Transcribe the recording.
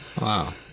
Wow